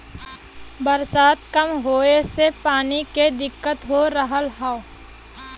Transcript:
बरसात कम होए से पानी के दिक्कत हो रहल हौ